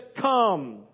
come